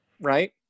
right